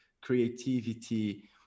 creativity